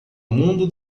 mundo